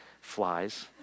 flies